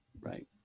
Right